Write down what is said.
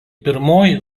pirmoji